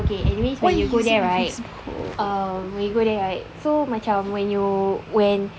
so okay anyways when you go there right ah when you go there right so macam when you when